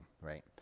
right